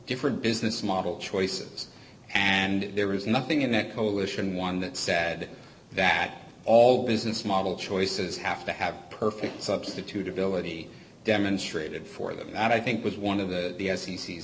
different business model choices and there is nothing in that coalition one that said that all business model choices have to have perfect substitutability demonstrated for them that i think was one of the the